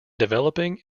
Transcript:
developing